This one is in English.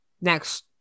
next